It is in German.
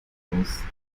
plus